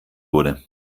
wurde